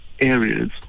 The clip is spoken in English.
areas